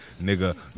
nigga